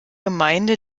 gemeinde